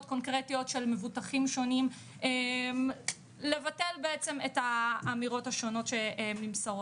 קונקרטיות של מבוטחים שונים לבטל את האמירות השונות שנמסרות.